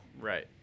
Right